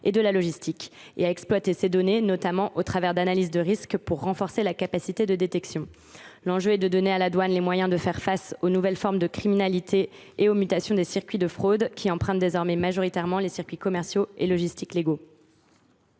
et de la logistique, ainsi qu’à les exploiter, notamment au travers d’analyses de risques, afin de renforcer la capacité de détection. Il convient de donner aux douanes les moyens de faire face aux nouvelles formes de criminalité et aux mutations des circuits de fraude, qui empruntent désormais majoritairement les circuits commerciaux et logistiques légaux.